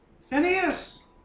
Phineas